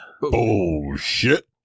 Bullshit